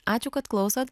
ačiū kad klausot